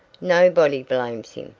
nobody blames him,